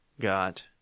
Got